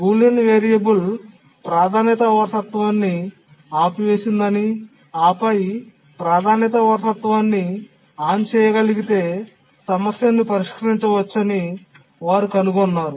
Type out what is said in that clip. Boolean variable ప్రాధాన్యత వారసత్వాన్ని ఆపివేసిందని ఆపై ప్రాధాన్యత వారసత్వాన్ని ఆన్ చేయగలిగితే సమస్యను పరిష్కరించవచ్చని వారు కనుగొన్నారు